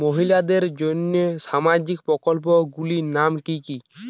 মহিলাদের জন্য সামাজিক প্রকল্প গুলির নাম কি কি?